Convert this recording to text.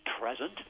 present